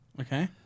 Okay